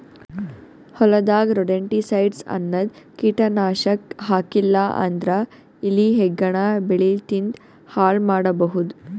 ಹೊಲದಾಗ್ ರೊಡೆಂಟಿಸೈಡ್ಸ್ ಅನ್ನದ್ ಕೀಟನಾಶಕ್ ಹಾಕ್ಲಿಲ್ಲಾ ಅಂದ್ರ ಇಲಿ ಹೆಗ್ಗಣ ಬೆಳಿ ತಿಂದ್ ಹಾಳ್ ಮಾಡಬಹುದ್